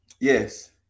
Yes